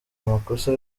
amakosa